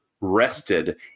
rested